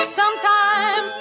sometime